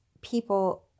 people